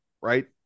right